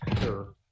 Sure